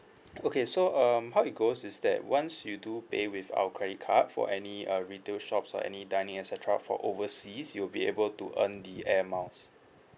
okay so um how it goes is that once you do pay with our credit card for any uh retail shops or any dining et cetera for overseas you'll be able to earn the air miles